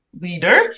leader